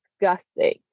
disgusting